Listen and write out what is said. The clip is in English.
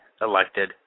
elected